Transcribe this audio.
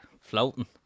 floating